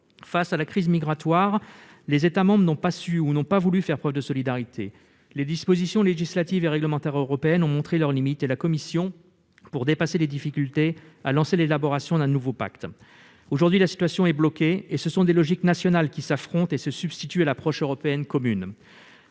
Face à la crise migratoire, les États membres n'ont pas su, ou n'ont pas voulu faire preuve de solidarité. Les dispositions législatives et réglementaires européennes ont montré leurs limites et la Commission, pour dépasser les difficultés, a lancé l'élaboration d'un nouveau pacte. Aujourd'hui, la situation est bloquée, et ce sont des logiques nationales qui s'affrontent et se substituent à l'approche européenne commune.